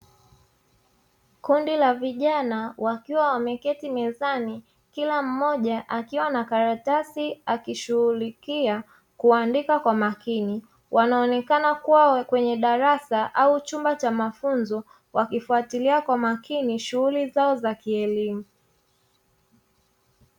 Kundi la vijana wakiwa wameketi mezani, kila mmoja akiwa na karatasi akishughulikia kuandika kwa makini, wanaonekana kuwa kwenye darasa au chumba cha mafunzo, wakifuatilia kwa makini shughuli zao za kielimu.